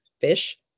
fish